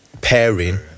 pairing